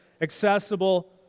accessible